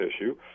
issue